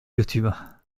youtube